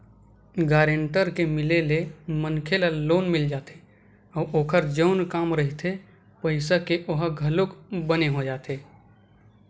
guarantor के मिले ले मनखे ल लोन मिल जाथे अउ ओखर जउन काम रहिथे पइसा के ओहा घलोक बने हो जाथे